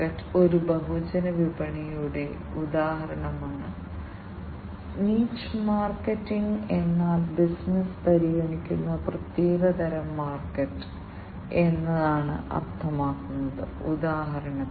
ഈ മീഥേൻ സെൻസറിന്റെ പ്രവർത്തന താപനില വളരെ വിശാലമായ സ്പെക്ട്രമാണ് ഏകദേശം മൈനസ് 20 ഡിഗ്രി സെന്റിഗ്രേഡ് മുതൽ പ്ലസ് 55 ഡിഗ്രി സെന്റിഗ്രേഡ് വരെ ഈ മീഥേൻ സെൻസറിന് പ്രവർത്തിക്കാൻ കഴിയും